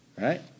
Right